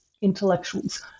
intellectuals